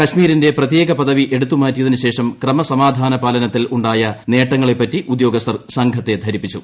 കശ്മീരിന്റെ പ്രത്യേക പദവി എടുത്തു മാറ്റിയതിന് ശേഷം ക്രമസമാധാനപാലനത്തിൽ ഉണ്ടായ നേട്ടങ്ങളെപ്പറ്റി ഉദ്യോഗസ്ഥർ സംഘത്തെ ധരിപ്പിച്ചു